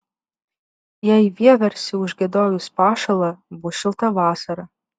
jei vieversiui užgiedojus pašąla bus šilta vasara